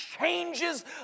changes